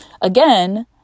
again